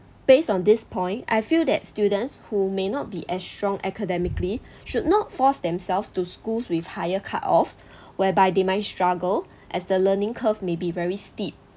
based on this point I feel that students who may not be as strong academically should not force themselves to schools with higher cut off whereby they might struggle as the learning curve may be very steep